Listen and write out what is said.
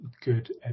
good